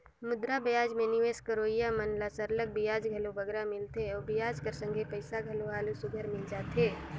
मुद्रा बजार में निवेस करोइया मन ल सरलग बियाज घलो बगरा मिलथे अउ बियाज कर संघे पइसा घलो हालु सुग्घर मिल जाथे